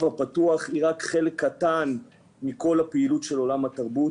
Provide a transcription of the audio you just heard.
הפתוח היא רק חלק קטן מכל הפעילות של עולם התרבות,